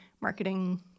marketing